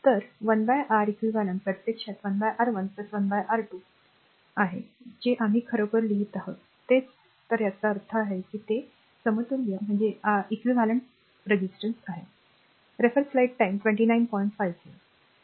तर1 R eq प्रत्यक्षात 1 R1 1 R2 R2 जे आम्ही खरोखर लिहित आहोत तेच तर याचा अर्थ असा आहे की ते समतुल्य प्रतिकार आहे